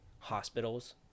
hospitals